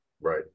Right